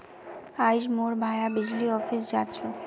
आइज मोर भाया बिजली ऑफिस जा छ